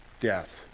death